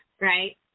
Right